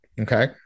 okay